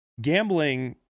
Gambling